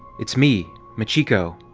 it's me, machiko!